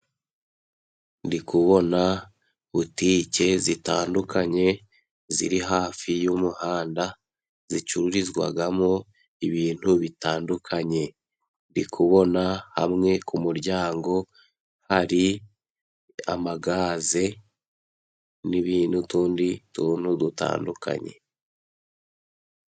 Ndi kubona butike zitandukanye ziri hafi y'umuhanda zicururizwamo ibintu bitandukanye, ndi kubona hamwe ku muryango hari amagaze n'utundi tuntu dutandukanye.